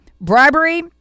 bribery